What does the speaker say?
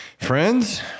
friends